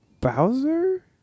bowser